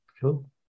Cool